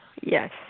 Yes